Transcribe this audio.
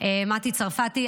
מטי צרפתי,